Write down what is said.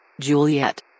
Juliet